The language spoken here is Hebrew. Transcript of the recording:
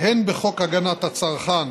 הן בחוק הגנת הצרכן,